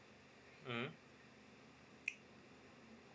mm